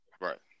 Right